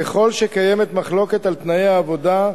ככל שקיימת מחלוקת על תנאי העבודה.